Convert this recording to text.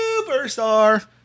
Superstar